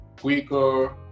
quicker